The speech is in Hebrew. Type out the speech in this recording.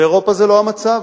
באירופה זה לא המצב.